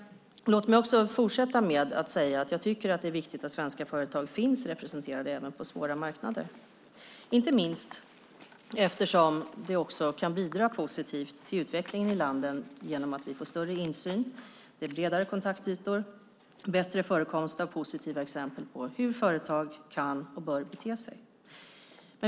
Låt mig fortsätta med att säga att jag tycker att det är viktigt att svenska företag finns representerade även på svåra marknader, inte minst eftersom det kan bidra positivt till utvecklingen i landet genom att vi får större insyn, det ger bredare kontaktytor och bättre förekomst av positiva exempel på hur företag kan och bör bete sig.